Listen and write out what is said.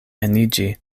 eniĝi